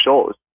shows